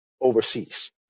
overseas